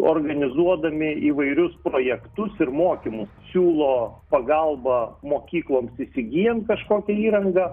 organizuodami įvairius projektus ir mokymus siūlo pagalbą mokykloms įsigyjant kažkokią įrangą